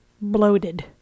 bloated